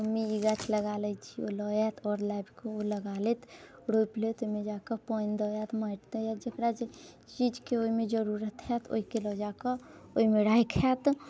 mummy ई गाछ लगा लै छियौ लऽ आयत आओर लाबि कऽ ओ लगाए लेत रोपि लेत ओहिमे जाकऽ पानि दऽ आयत माटि दऽ या जेकरा जे चीजके ओहिमे जरूरत होयत ओहिके लऽ जाकऽ ओहिमे राखि आयत